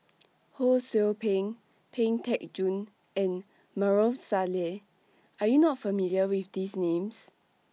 Ho SOU Ping Pang Teck Joon and Maarof Salleh Are YOU not familiar with These Names